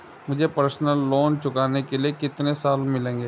मुझे personal loan चुकाने के लिए कितने साल मिलेंगे?